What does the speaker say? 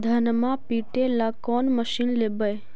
धनमा पिटेला कौन मशीन लैबै?